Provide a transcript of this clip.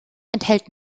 enthält